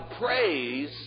praise